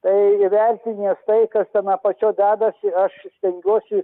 tai įvertinęs tai kas ten apačio dedasi aš stengiuosi